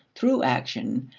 through action,